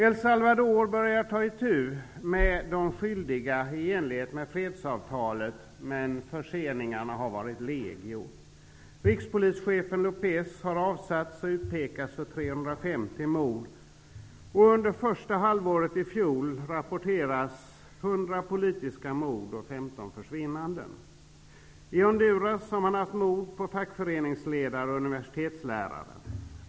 El Salvador börjar ta itu med de skyldiga i enlighet med fredsavtalet, men förseningarna har varit legio. Rikspolischefen Lopez har avsatts och utpekas för 350 mord. Under första halvåret i fjol rapporteras dock 100 politiska mord och 15 I Honduras har man haft mord på fackföreningsledare och universitetslärare.